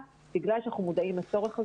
וזה היה בגלל שאנחנו מודעים לצורך הזה.